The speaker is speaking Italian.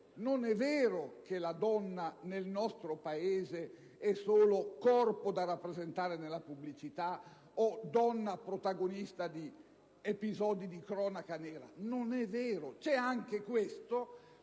Non è vero che la donna nel nostro Paese sia solo un corpo da rappresentare nella pubblicità o una protagonista di episodi di cronaca nera. Non è vero: c'è anche questo,